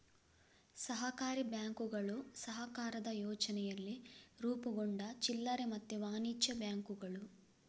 ಸಹಕಾರಿ ಬ್ಯಾಂಕುಗಳು ಸಹಕಾರದ ಯೋಚನೆಯಲ್ಲಿ ರೂಪುಗೊಂಡ ಚಿಲ್ಲರೆ ಮತ್ತೆ ವಾಣಿಜ್ಯ ಬ್ಯಾಂಕುಗಳು